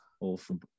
Awesome